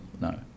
no